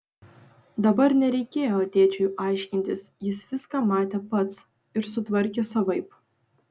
dabar nereikėjo tėčiui aiškintis jis viską matė pats ir sutvarkė savaip